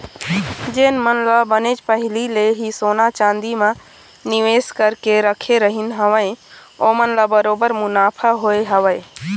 जेन मन ह बनेच पहिली ले ही सोना चांदी म निवेस करके रखे रहिन हवय ओमन ल बरोबर मुनाफा होय हवय